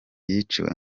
yiciwe